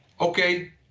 okay